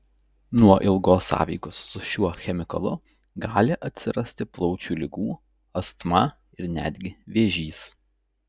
nuo ilgos sąveikos su šiuo chemikalu gali atsirasti plaučių ligų astma ir netgi vėžys